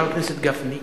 חבר הכנסת גפני,